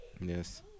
Yes